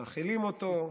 מאכילים אותו,